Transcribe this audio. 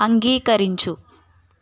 అంగీకరించు